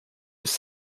was